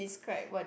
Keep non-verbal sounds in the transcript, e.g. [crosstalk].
[breath]